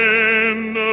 end